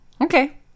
Okay